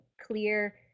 clear